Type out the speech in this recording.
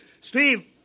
Steve